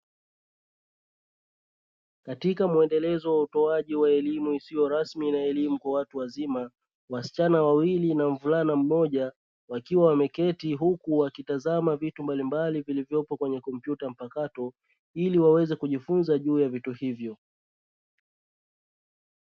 Katika mwendelezo wa utoaji wa elimu isiyo rasmi na elimu kwa watu wazima, wasichana wawili na mvulana mmoja wakiwa wameketi huku wakitazama vitu mbalimbali vilivyoko kwenye kompyuta mpakato, ili waweze kujifunza juu ya vitu hivyo.